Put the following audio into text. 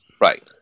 Right